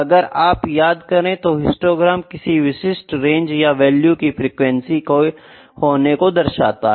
अगर आप याद करे तो हिस्टोग्राम किसी विशिष्ट रेंज या वैल्यू की फ्रीक्वेंसी के होने तो दर्शता है